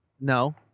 No